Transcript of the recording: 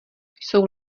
jsou